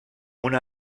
una